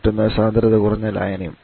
മറ്റൊന്ന് സാന്ദ്രത കുറഞ്ഞ ലായനി